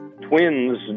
Twins